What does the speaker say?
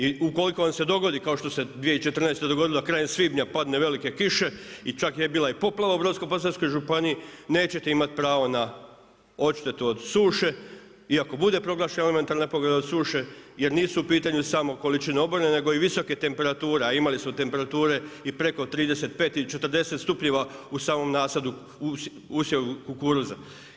I ukoliko vam se dogodi kao što se 2014. dogodilo da krajem svibnja padnu velike kiše i čak je bila i poplava u Brodsko-posavskoj županiji nećete imati pravo na odštetu od suše i ako bude proglašena nepogoda od suše, jer nisu u pitanju samo količine oborina, nego i visoke temperature, a imali su temperature i preko 35 i 40 stupnjeva u samom nasadu, usjevu kukuruza.